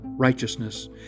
Righteousness